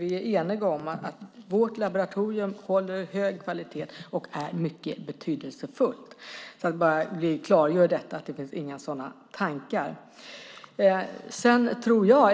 Vi är eniga om att vårt laboratorium håller hög kvalitet och är mycket betydelsefullt - detta sagt bara för att klargöra att det inte finns några tankar av nämnda slag.